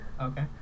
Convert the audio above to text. Okay